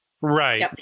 right